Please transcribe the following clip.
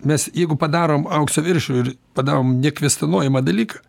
mes jeigu padarom aukso veršį r padarom nekvestionuojamą dalyką